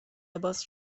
لباس